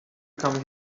come